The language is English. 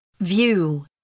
View